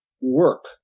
work